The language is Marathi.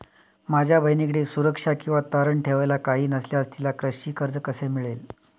माझ्या बहिणीकडे सुरक्षा किंवा तारण ठेवायला काही नसल्यास तिला कृषी कर्ज कसे मिळेल?